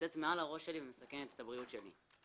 שנמצאת מעל הראש שלי ומסכנת את הבריאות שלי.